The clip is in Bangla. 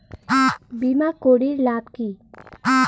বিমা করির লাভ কি?